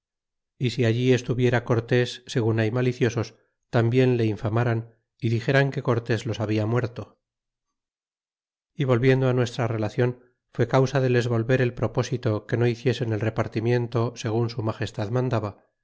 y si allí estuviera cortés segun hay maliciosos tambien le infamaran y dixeran que cortés los habia muerto y volviendo nuestra relacion fué causa de les volver el propósito que no hiciesen el repartimiento segun su magestad mandaba